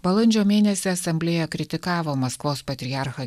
balandžio mėnesį asamblėja kritikavo maskvos patriarchą